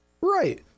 Right